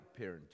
parenting